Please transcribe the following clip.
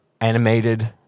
animated